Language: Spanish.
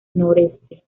noreste